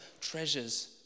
treasures